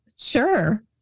Sure